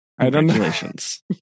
Congratulations